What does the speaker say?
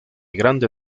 grande